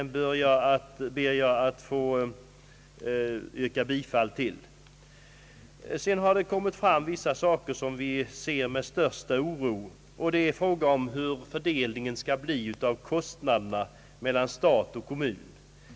Jag ber att få yrka bifall till denna reservation. En fråga som vi ser på med största oro är den om fördelningen av kostnaderna mellan stat och kommun.